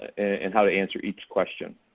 and how to answer each question.